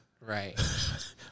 right